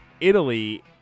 italy